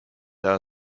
there